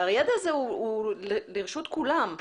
והידע הזה הוא לרשות כולם.